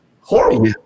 horrible